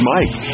Mike